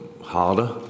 harder